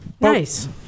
Nice